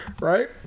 right